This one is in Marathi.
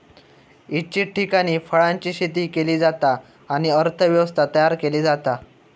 इच्छित ठिकाणी फळांची शेती केली जाता आणि अर्थ व्यवस्था तयार केली जाता